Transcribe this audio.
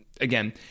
again